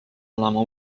olema